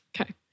Okay